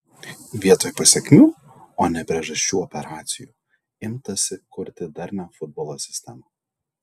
vietoj pasekmių o ne priežasčių operacijų imtasi kurti darnią futbolo sistemą